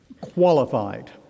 qualified